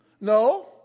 No